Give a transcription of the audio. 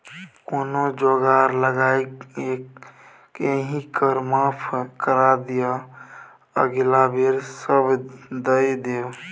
कोनो जोगार लगाकए एहि कर माफ करा दिअ अगिला बेर सभ दए देब